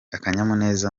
akanyamuneza